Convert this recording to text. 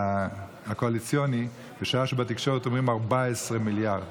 הקואליציוני, בשעה שבתקשורת אומרים 14 מיליארד.